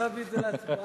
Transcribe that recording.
להביא את זה להצבעה?